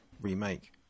remake